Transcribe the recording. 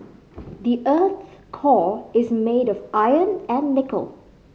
the earth's core is made of iron and nickel